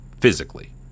physically